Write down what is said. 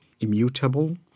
immutable